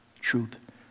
truth